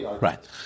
right